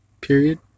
period